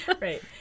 Right